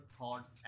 thoughts